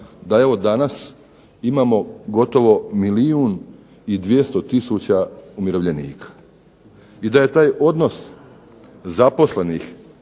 da evo danas imamo gotovo milijun i 200 tisuća umirovljenika. I da je taj odnos zaposlenih,